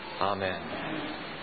Amen